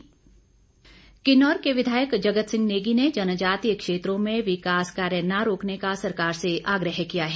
जगत सिंह नेगी किन्नौर के विधायक जगत सिंह नेगी ने जनजातीय क्षेत्रों में विकास कार्य न रोकने का सरकार से आग्रह किया है